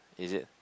is it